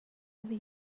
over